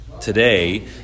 today